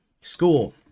school